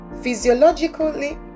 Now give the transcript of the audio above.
Physiologically